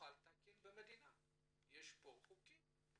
נוהל תקין במדינה ויש חוקים.